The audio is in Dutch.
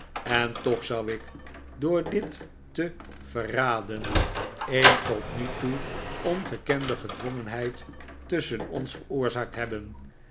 en toch zou ik door dit te verraden een tot nu toe ongekende gedwongenheid tusschen ons veroorzaakt hebben